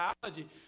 biology